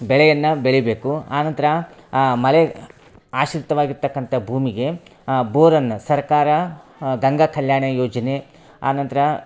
ಬೆಳೆಯನ್ನು ಬೆಳಿಬೇಕು ಆ ನಂತರ ಮಳೆ ಆಶ್ರಿತವಾಗಿರ್ತಕ್ಕಂಥ ಭೂಮಿಗೆ ಬೋರನ್ನು ಸರ್ಕಾರ ಗಂಗಾ ಕಲ್ಯಾಣ ಯೋಜನೆ ಆ ನಂತರ